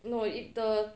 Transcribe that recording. no it the